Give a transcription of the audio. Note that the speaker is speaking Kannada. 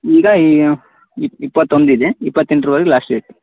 ಈಗ ಇಪ್ಪತ್ತೊಂದಿದೆ ಇಪ್ಪತ್ತೆಂಟರವರೆಗೆ ಲಾಸ್ಟ್ ಡೇಟ್